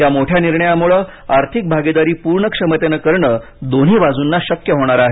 या मोठ्या निर्णयामुळं आर्थिक भागिदारी पूर्ण क्षमतेनं करणं दोन्ही बाजूंना शक्य होणार आहे